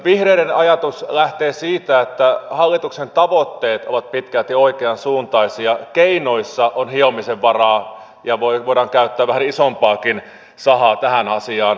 vihreiden ajatus lähtee siitä että hallituksen tavoitteet ovat pitkälti oikeansuuntaisia keinoissa on hiomisen varaa ja voidaan käyttää vähän isompaakin sahaa tähän asiaan